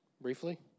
briefly